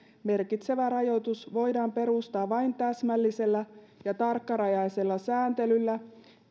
merkitsevä rajoitus voidaan perustaa vain täsmällisellä ja tarkkarajaisella sääntelyllä